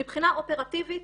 מבחינה אופרטיבית,